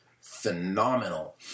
phenomenal